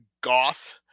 Goth